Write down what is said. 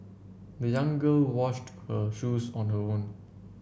the young girl washed her shoes on her own